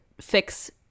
fix